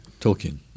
Tolkien